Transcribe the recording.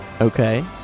Okay